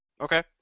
Okay